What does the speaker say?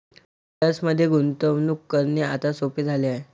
शेअर्समध्ये गुंतवणूक करणे आता सोपे झाले आहे